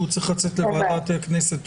כי הוא חייב לצאת לוועדת הכנסת.